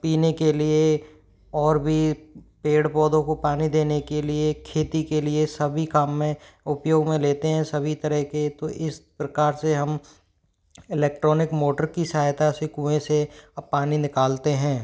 पीने के लिए और भी पेड़ पौधों को पानी देने के लिए खेती के लिए सभी काम में उपयोग में लेते हैं सभी तरह के तो इस प्रकार से हम इलेक्ट्रॉनिक मोटर की सहायता से कुएँ से अब पानी निकालते हैं